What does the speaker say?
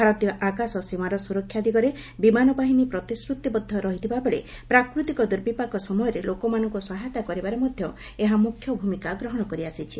ଭାରତୀୟ ଆକାଶ ସୀମାର ସୁରକ୍ଷା ଦିଗରେ ବିମାନ ବାହିନୀ ପ୍ରତିଶ୍ରତିବଦ୍ଧ ରହିଥିବାବେଳେ ପ୍ରାକୃତିକ ଦୁର୍ବିପାକ ସମୟରେ ଲୋକମାନଙ୍କୁ ସହାୟତା କରିବାରେ ମଧ୍ୟ ଏହା ମୁଖ୍ୟ ଭୂମିକା ଗ୍ରହଣ କରିଆସିଛି